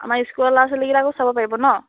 আমাৰ স্কুলৰ ল'ৰা ছোৱালীকেইটাকো চাব পাৰিব ন